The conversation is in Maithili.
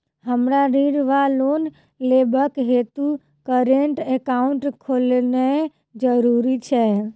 हमरा ऋण वा लोन लेबाक हेतु करेन्ट एकाउंट खोलेनैय जरूरी छै?